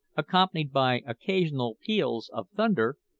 accompanied by occasional peals of thunder,